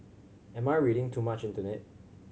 am I reading too much into it